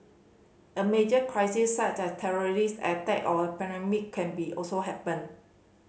a major crisis such as terrorist attack or a pandemic can be also happen